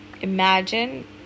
Imagine